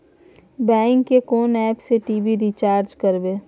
Bank के कोन app से टी.वी रिचार्ज करबे?